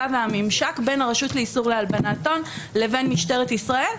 והממשק בין הרשות לאיסור להלבנת הון לבין משטרת ישראל,